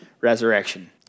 resurrection